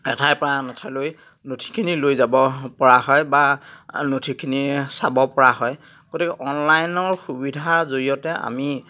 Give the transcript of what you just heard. এঠাইৰ পৰা আন এঠাইলৈ নথিখিনি লৈ যাব পৰা হয় বা নথিখিনি চাব পৰা হয় গতিকে অনলাইনৰ সুবিধাৰ জৰিয়তে আমি